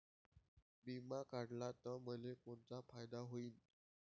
बिमा काढला त मले कोनचा फायदा होईन?